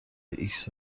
ایکس